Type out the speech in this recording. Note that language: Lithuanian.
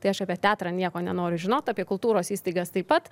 tai aš apie teatrą nieko nenoriu žinot apie kultūros įstaigas taip pat